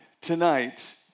tonight